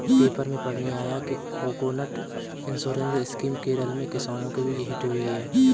paper में पढ़ने आया कि कोकोनट इंश्योरेंस स्कीम केरल में किसानों के बीच हिट हुई है